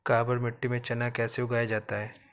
काबर मिट्टी में चना कैसे उगाया जाता है?